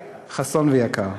חסון ויקר.